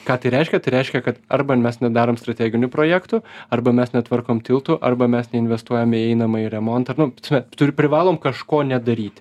ką tai reiškia tai reiškia kad arba mes nedarom strateginių projektų arba mes netvarkom tiltų arba mes neinvestuojam į einamąjį remontą nu prasme turi privalom kažko nedaryt